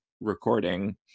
recording